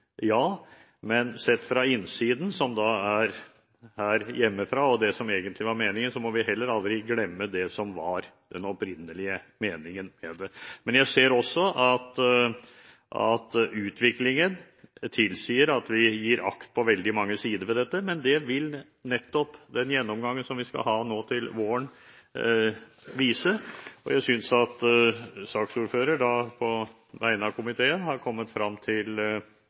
ja, men sett fra innsiden, som er her hjemmefra, må vi heller aldri glemme det som var den opprinnelige meningen med det. Jeg ser også at utviklingen tilsier at vi gir akt på veldig mange sider ved dette. Men det vil nettopp den gjennomgangen som vi skal ha nå til våren, vise. Jeg synes at saksordføreren, på vegne av komiteen, har kommet frem til